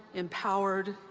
empowered.